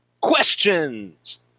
Questions